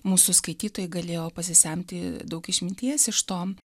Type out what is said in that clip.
mūsų skaitytojai galėjo pasisemti daug išminties iš to